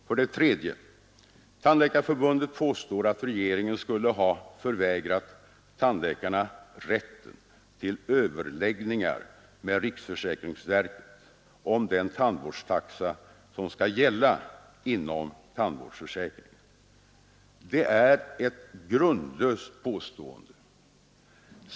För det tredje: Tandläkarförbundet påstår att regeringen skulle ha förvägrat tandläkarna rätten till överläggningar med riksförsäkringsverket om den tandvårdstaxa som skall gälla inom tandvårdsförsäkringen. Det är ett grundlöst påstående.